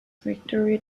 victory